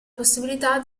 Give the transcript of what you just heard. possibilità